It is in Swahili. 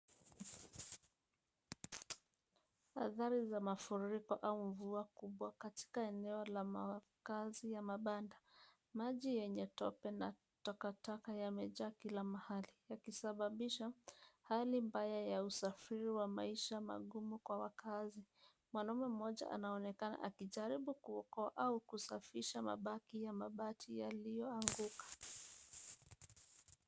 Hadhari za mafuriko au mvua kubwa katika eneo la makazi ya mabanda. Maji yenye tope na takataka yamejaa kila mahali, yakisababisha hali mbaya ya usafiri wa maisha magumu kwa wakazi. Mwanamume mmoja anaonekana akijaribu kuokoa au kusafisha mabaki ya mabati yaliyoanguka.